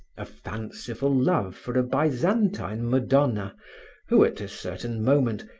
a fanciful love for a byzantine madonna who, at a certain moment,